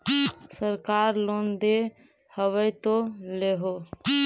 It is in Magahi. सरकार लोन दे हबै तो ले हो?